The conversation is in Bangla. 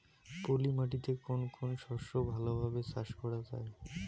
পলি মাটিতে কোন কোন শস্য ভালোভাবে চাষ করা য়ায়?